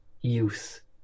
youth